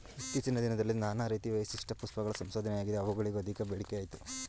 ಇತ್ತೀಚಿನ ದಿನದಲ್ಲಿ ನಾನಾ ರೀತಿ ವಿಶಿಷ್ಟ ಪುಷ್ಪಗಳ ಸಂಶೋಧನೆಯಾಗಿದೆ ಅವುಗಳಿಗೂ ಅಧಿಕ ಬೇಡಿಕೆಅಯ್ತೆ